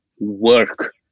work